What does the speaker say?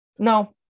No